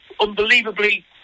unbelievably